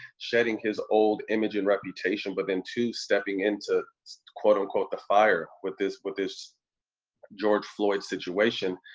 shedding his old image and reputation, but then two, stepping into quote, unquote the fire with this with this george floyd situation.